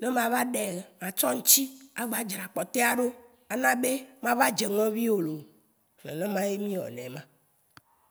Né ma va ɖɛ, ma tsɔ ŋ'tsi a gba dra kpɔtèa ɖo. Ana bé ma va dzé ŋũvio lo. Nènè ma yé mi wɔ nɛ ema.